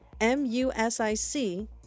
M-U-S-I-C